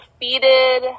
defeated